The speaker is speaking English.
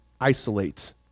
isolate